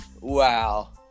wow